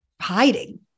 hiding